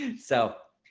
so,